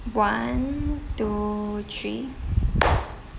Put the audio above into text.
one two three